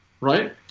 right